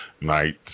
night